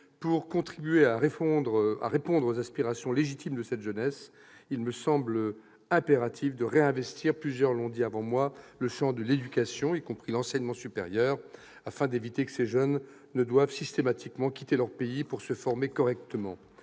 Pour contribuer à répondre aux aspirations légitimes de cette jeunesse, il me semble impératif de réinvestir- plusieurs l'ont dit avant moi - le champ de l'éducation, y compris celui de l'enseignement supérieur, afin d'éviter que ces jeunes ne doivent systématiquement quitter leur pays pour se former correctement.